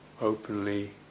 openly